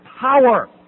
power